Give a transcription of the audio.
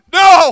no